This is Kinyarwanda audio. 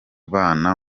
bana